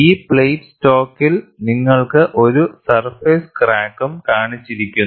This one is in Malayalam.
ഈ പ്ലേറ്റ് സ്റ്റോക്കിൽ നിങ്ങൾക്ക് ഒരു സർഫേസ് ക്രാക്കും കാണിച്ചിരിക്കുന്നു